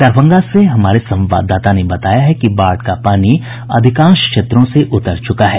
दरभंगा से हमारे संवाददाता ने बताया है कि बाढ़ का पानी अधिकांश क्षेत्रों से उतर चूका है